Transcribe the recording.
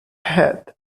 head